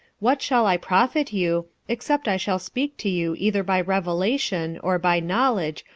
what shall i profit you, except i shall speak to you either by revelation, or by knowledge,